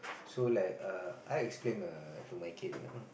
so like err I explain err to my kid you know